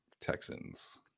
texans